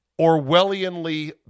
Orwellianly